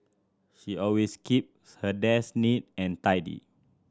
she always keeps her desk neat and tidy